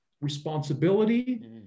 responsibility